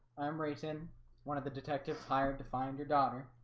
i'm racing one of the detectives hired to find your daughter.